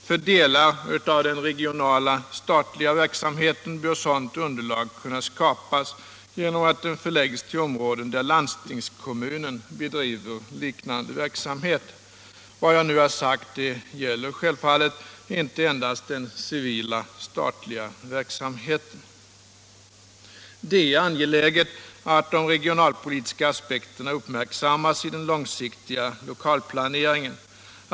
För delar av den regionala statliga verksamheten bör sådant underlag kunna skapas genom att den förläggs till områden där landstingskommunen bedriver liknande verksamhet. Vad jag har sagt gäller självfallet inte endast den civila statliga verksamheten. Det är angeläget att de regionalpolitiska aspekterna uppmärksammas i den långsiktiga lokalplaneringen.